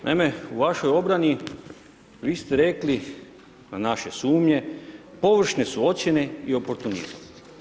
Naime, u vašoj obrani vi ste rekli na naše sumnje površne su ocjene i oportunizam.